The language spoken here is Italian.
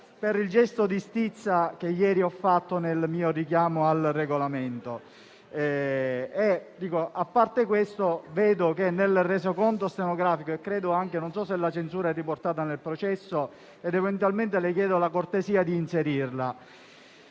per il gesto di stizza che ho usato nel mio richiamo al Regolamento. A parte questo, vedo il Resoconto stenografico e non so se la censura è riportata anche nel processo verbale. Eventualmente le chiedo la cortesia di inserirlo.